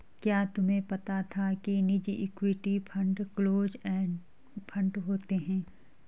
क्या तुम्हें पता था कि निजी equity fund close end fund होते हैं?